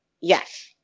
Yes